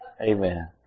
Amen